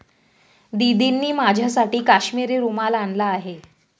दीदींनी माझ्यासाठी काश्मिरी रुमाल आणला आहे